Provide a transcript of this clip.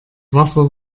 wasser